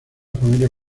familia